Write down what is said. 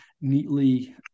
neatly